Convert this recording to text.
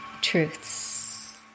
truths